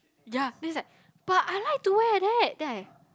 ya then is like but I like to wear like that then I